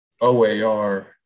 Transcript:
OAR